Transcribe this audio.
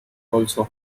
also